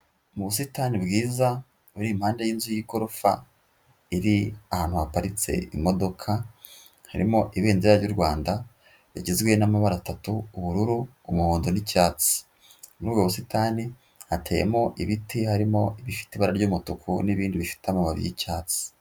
Mu busitani bwiza buri mpanda y'inzu y'igorofa, iri ahantu haparitse imodoka, harimo ibendera ry'u Rwanda rigizwe n'amabara atatu: ubururu, umuhondo, n'icyatsi, muri ubwo busitani hateyemo ibiti harimo ibifite ibara ry'umutuku n'ibindi bifite amababi y'icyatsi.